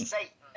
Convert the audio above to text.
Satan